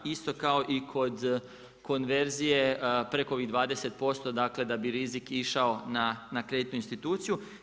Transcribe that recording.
Isto kao i kod konverzije preko ovih 20%, dakle da bi rizik išao na kreditnu instituciju.